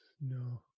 No